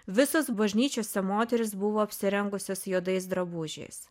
visos bažnyčiose moterys buvo apsirengusios juodais drabužiais